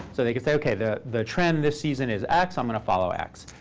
so they could say, ok, the the trend this season is x. i'm going to follow x.